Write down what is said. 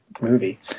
movie